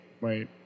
wait